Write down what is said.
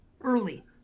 early